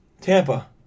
Tampa